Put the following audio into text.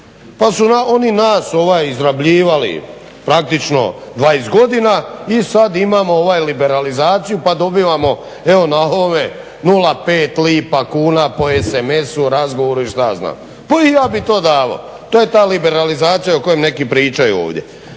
Pa su oni nas izrabljivali praktično 20 godina i sad imamo ovu liberalizaciju pa dobivamo evo na ove 0,5 lipa kuna po sms-u, razgovoru i što ja znam. Pa i ja bih to davao! To je ta liberalizacija o kojoj neki pričaju ovdje.